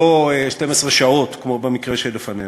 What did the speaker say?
לא 12 שעות כמו במקרה שלפנינו.